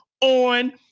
on –